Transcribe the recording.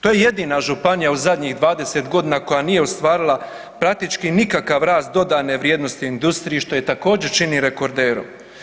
To je jedina županija u zadnjih 20.g. koja nije ostvarila praktički nikakav rast dodane vrijednosti ni u industriji što je također čini rekorderom.